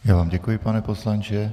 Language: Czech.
Já vám děkuji, pane poslanče.